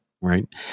Right